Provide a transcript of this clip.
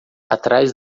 atrás